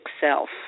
self